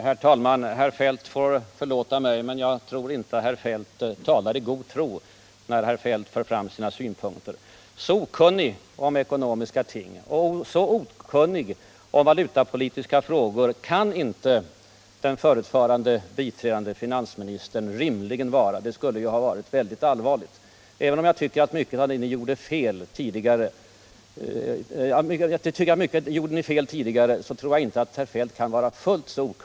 Herr talman! Herr Feldt får förlåta mig, men jag tror inte att herr Feldt talar i god tro, när herr Feldt för fram sina synpunkter. Så okunnig om ekonomiska ting och så okunnig om valutapolitiska frågor kan inte den förutvarande biträdande finansministern rimligen vara. Det skulle ha varit allvarligt. Även om jag tycker att ni gjorde många fel tidigare, så tror jag inte att herr Feldt kan vara fullt så okunnig.